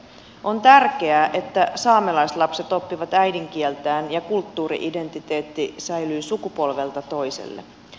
on tärkeää että saamelaislapset oppivat äidinkieltään ja kulttuuri identiteetti säilyy sukupolvelta toiselle